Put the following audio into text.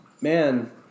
man